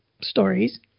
stories